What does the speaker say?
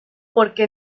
porque